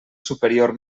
superior